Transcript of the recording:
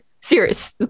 serious